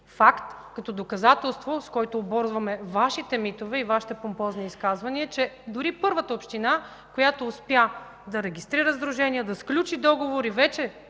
Факт, като доказателство, с който оборваме Вашите митове и помпозни изказвания, че дори първата община, която успя да регистрира сдружение, да сключи договор и вече